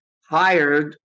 hired